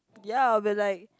ya I'll be like